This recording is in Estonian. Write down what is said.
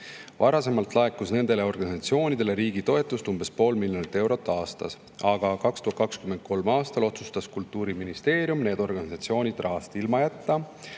Varasemalt laekus nendele organisatsioonidele riigi toetust umbes pool miljonit eurot aastas, aga 2023. aastal otsustas Kultuuriministeerium need organisatsioonid rahast ilma jätta.